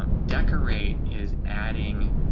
um decorate is adding